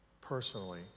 personally